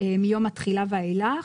מים התחילה ואילך".